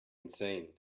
insane